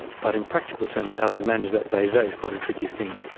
but in practical terms how they manage that day to day is quite a tricky thing.